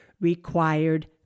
required